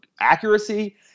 accuracy